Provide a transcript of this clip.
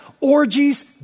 orgies